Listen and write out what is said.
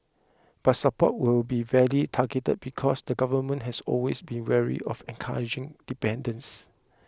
but support will be very targeted because the government has always been wary of encouraging dependence